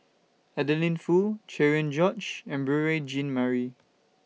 Adeline Foo Cherian George and Beurel Jean Marie